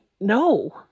no